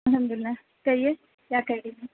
الحمد اللہ کہیے کیا کہہ رہی تھیں